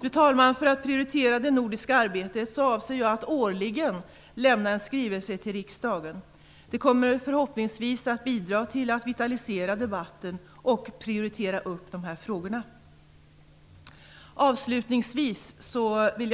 Fru talman! För att prioritera det nordiska arbetet avser jag att årligen lämna en skrivelse till riksdagen. Det kommer förhoppningsvis att bidra till att debatten vitaliseras och till att dessa frågor får en högre prioritet.